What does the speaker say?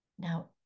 Now